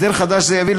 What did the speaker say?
הסדר חדש זה יביא,